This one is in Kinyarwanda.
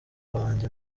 wanjye